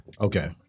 Okay